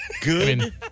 Good